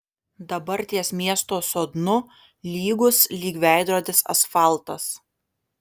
dabar ties miesto sodnu lygus lyg veidrodis asfaltas